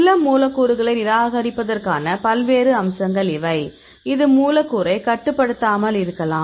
சில மூலக்கூறுகளை நிராகரிப்பதற்கான பல்வேறு அம்சங்கள் இவை இது மூலக்கூறைக் கட்டுப்படுத்தாமல் இருக்கலாம்